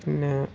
പിന്നേ